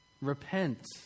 Repent